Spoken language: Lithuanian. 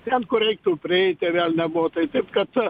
ten kur reiktų prieiti vėl nebuvo taip taip kad